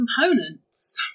components